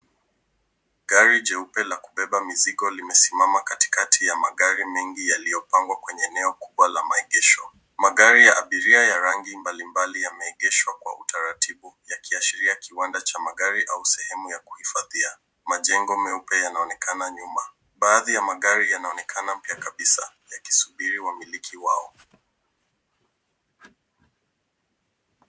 Gari jeupe la kubeba mizigo limesimama katika ya magari mengi yaliyopangwa katika eneo la maegesho. Magari ya abiria ya rangi mbali mbali yameegeshwa kwa utaratibu yakiashiria kiwanda cha magari au sehemu ya uhifadhi mpya. Majengo meupe yanaonekana nyuma. Baadhi ya magari yanaonekana mpya kabisa yakisubiri wammiliki wao.